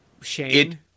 Shane